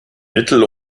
mittel